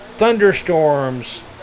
thunderstorms